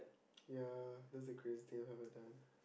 ya that's the craziest thing I've ever done